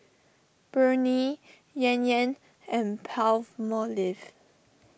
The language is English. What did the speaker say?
Burnie Yan Yan and Palmolive